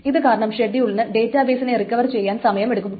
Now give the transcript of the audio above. ഇത് കാരണം ഷെഡ്യൂളിന് ഡേറ്റാബേസിനെ റിക്കവർ ചെയ്യാൻ സമയമെടുക്കുന്നു